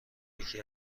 یکی